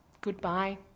goodbye